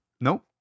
Nope